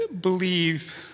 believe